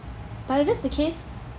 but if that's the case